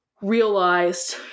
realized